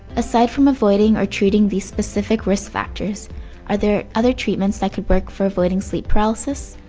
aside from avoiding or treating these specific risk factors are there other treatments that could work for avoiding sleep paralysis?